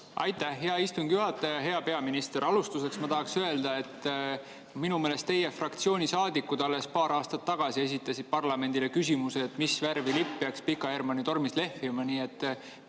Aitäh, hea istungi juhataja! Hea peaminister! Alustuseks ma tahaksin öelda, et minu meelest teie fraktsiooni saadikud alles paar aastat tagasi esitasid parlamendile küsimuse: "Mis värvi lipp peaks Pika Hermanni tornis lehvima?" Nii et